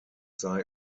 sei